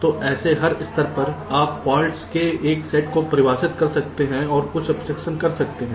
तो ऐसे हर स्तर पर आप फॉल्ट्स के एक सेट को परिभाषित कर सकते हैं और कुछ अब्स्ट्रक्शन कर सकते हैं